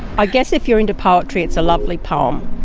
i guess if you're into poetry it's a lovely poem,